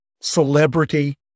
celebrity